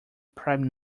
prime